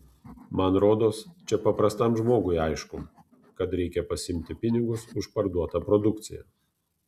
man rodos čia paprastam žmogui aišku kad reikia pasiimti pinigus už parduotą produkciją